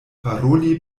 paroli